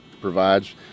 provides